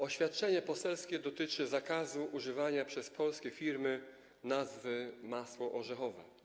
Oświadczenie poselskie dotyczy zakazu używania przez polskie firmy nazwy: masło orzechowe.